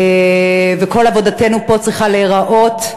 וכל עבודתנו פה צריכה להיראות,